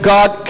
God